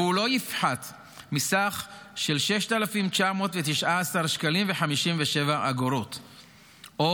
והוא לא יפחת מסכום של 6,919.57 או